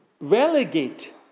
relegate